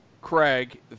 Craig